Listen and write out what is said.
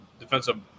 defensive